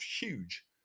huge